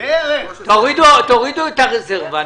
תורידו את הרזרבה.